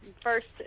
first